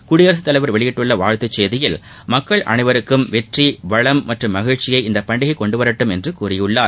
குடியரசுத் தலைவர் வெளியிட்டுள்ள வாழ்த்து செய்தியில் மக்கள் அளைவருக்கும் வெற்றி வளம் மற்றும் மகிழ்ச்சியை இப்பண்டிகை கொண்டுவரட்டும் என்று கூறியுள்ளார்